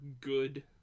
good